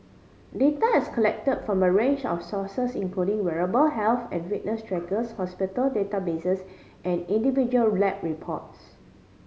data is collect from a range of sources including wearable health and fitness trackers hospital databases and individual lab reports